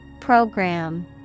Program